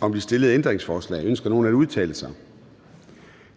om de stillede ændringsforslag. Ønsker nogen at udtale sig?